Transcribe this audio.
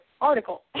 article